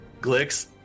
Glicks